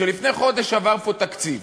שלפני חודש עבר פה תקציב